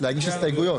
להגיש הסתייגויות.